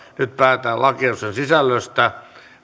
nyt päätetään lakiehdotusten sisällöstä